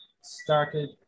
started